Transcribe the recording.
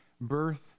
birth